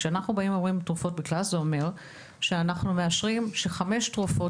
זה אומר שאנחנו מאשרים שחמש תרופות